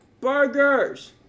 Burgers